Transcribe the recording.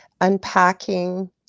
unpacking